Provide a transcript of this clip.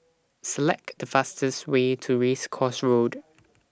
Select The fastest Way to Race Course Road